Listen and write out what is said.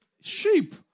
Sheep